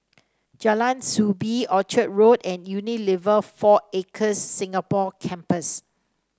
Jalan Soo Bee Orchard Road and Unilever Four Acres Singapore Campus